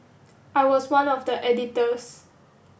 I was one of the editors